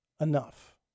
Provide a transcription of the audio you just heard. enough